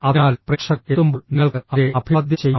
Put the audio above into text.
അതിനാൽ പ്രേക്ഷകർ എത്തുമ്പോൾ നിങ്ങൾക്ക് അവരെ അഭിവാദ്യം ചെയ്യാം